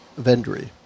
Vendry